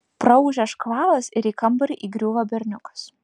praūžia škvalas ir į kambarį įgriūva berniukas